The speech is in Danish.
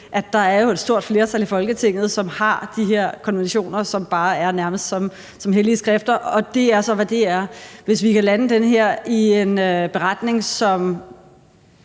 at der er et stort flertal i Folketinget, som ser de her konventioner som nærmest sådan hellige skrifter. Og det er så, hvad det er. Hvis vi kan lande det her i en beretning, som